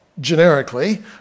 generically